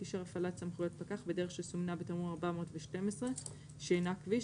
אישר הפעלת סמכויות פקח בדרך שסומנה בתמרור 412 שאינה כביש,